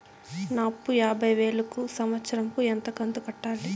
నా అప్పు యాభై వేలు కు సంవత్సరం కు ఎంత కంతు కట్టాలి?